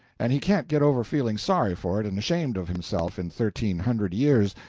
and he can't get over feeling sorry for it and ashamed of himself in thirteen hundred years,